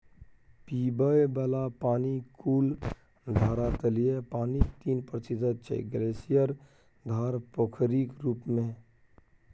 पीबय बला पानि कुल धरातलीय पानिक तीन प्रतिशत छै ग्लासियर, धार, पोखरिक रुप मे